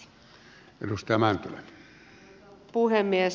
arvoisa puhemies